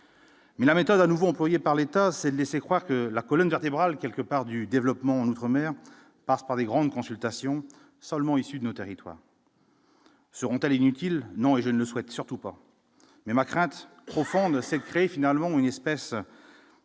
Mais la méthode à nouveau employé par l'État, c'est de laisser croire que la colonne vertébrale, quelque part du développement en outre-mer passe par les grandes consultations seulement issus de nos territoires. Seront à l'inutile non et je ne souhaite surtout pas, mais ma crainte profonde celle créé finalement une espèce